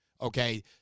Okay